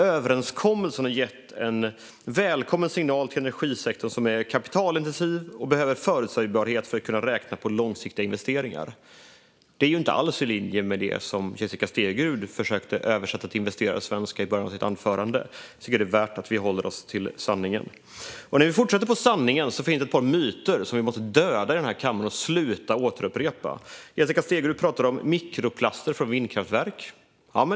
Överenskommelsen har gett en välkommen signal till energibranschen, som är kapitalintensiv och behöver förutsägbarhet för att kunna räkna på långsiktiga investeringar." Det är inte alls i linje med det Jessica Stegrud försökte översätta till investerarsvenska i början av sitt anförande. Jag tycker att det är viktigt att vi håller oss till sanningen. Vi kan fortsätta tala om sanningen. Det finns nämligen ett par myter som vi måste döda i den här kammaren och sluta återupprepa. Jessica Stegrud talade om mikroplaster från vindkraftverk.